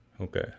Okay